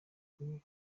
kuri